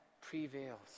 prevails